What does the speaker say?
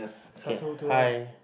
Satu Dua